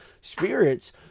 spirits